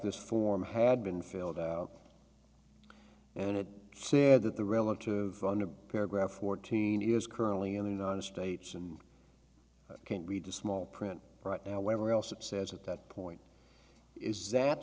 this form had been filled and it said that the relative paragraph fourteen is currently in the united states and can't read the small print whatever else it says at that point is that